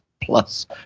plus